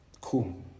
Cool